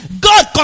God